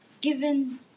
given